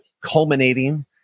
culminating